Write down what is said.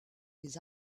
des